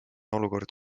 olukord